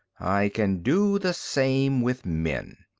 i can do the same with men.